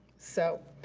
so,